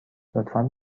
لطفا